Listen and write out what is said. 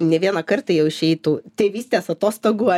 ne vieną kartą jau išėjėj tu tėvystės atostogų